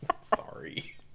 Sorry